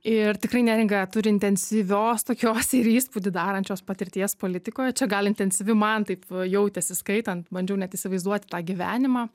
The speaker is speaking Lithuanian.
ir tikrai neringa turi intensyvios tokios ir įspūdį darančios patirties politikoj čia gal intensyvi man taip jautėsi skaitant bandžiau net įsivaizduoti tą gyvenimą